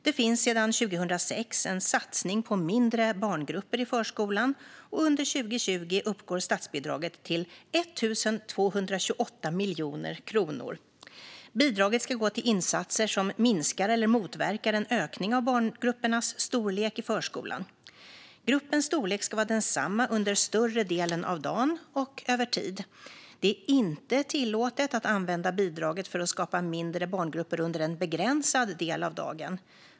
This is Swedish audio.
Det finns sedan 2016 en satsning på mindre barngrupper i förskolan, och under 2020 uppgår statsbidraget till 1 228 miljoner kronor. Bidraget ska gå till insatser som minskar eller motverkar en ökning av barngruppernas storlek i förskolan. Gruppens storlek ska vara densamma under större delen av dagen och över tid. Det är inte tillåtet att använda bidraget för att skapa mindre barngrupper under en begränsad del av dagen.